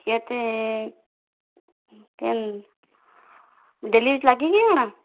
କେତେ କେନ୍ daily use ଲାଗି କି କା'ଣା